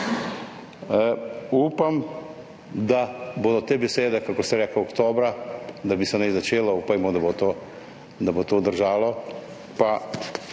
Upam, da bodo te besede, kakor ste rekli, oktobra, da naj bi se začelo, upajmo, da bo to držalo.